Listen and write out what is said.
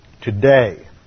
today